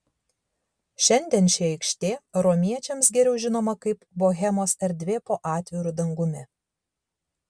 šiandien ši aikštė romiečiams geriau žinoma kaip bohemos erdvė po atviru dangumi